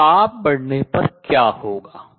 तो ताप बढ़ने पर क्या होगा